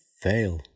fail